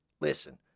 Listen